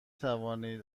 توانید